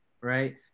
right